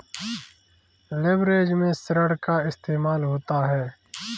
leverage में ऋण का इस्तेमाल होता है